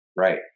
right